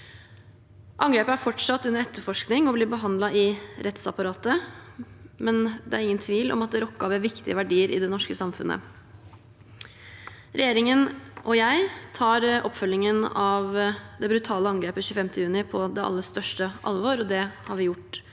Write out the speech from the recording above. Angrepet er fortsatt under etterforskning og blir behandlet i rettsapparatet, men det er ingen tvil om at det rokket ved viktige verdier i det norske samfunnet. Regjeringen og jeg tar oppfølgingen av det brutale angrepet 25. juni på det aller største alvor, og det har vi gjort